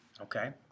Okay